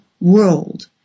world